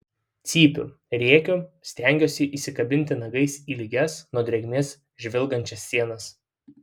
cypiu rėkiu stengiuosi įsikabinti nagais į lygias nuo drėgmės žvilgančias sienas